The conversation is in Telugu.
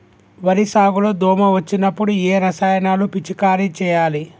వరి సాగు లో దోమ వచ్చినప్పుడు ఏ రసాయనాలు పిచికారీ చేయాలి?